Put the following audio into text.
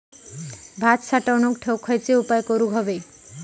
भात साठवून ठेवूक खयचे उपाय करूक व्हये?